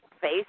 face